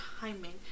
timing